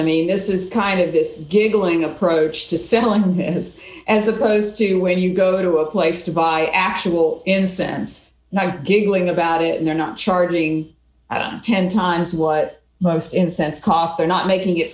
i mean this is kind of this giggling approach to selling his as opposed to when you go to a place to buy actual incense like giggling about it they're not charging ten times what most incense cost they're not making it